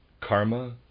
Karma